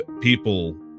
people